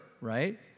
right